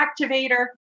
activator